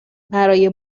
برای